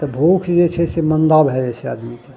तऽ भूख जे छै से मन्दा भए जाइ छै आदमीके